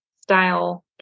style